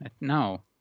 No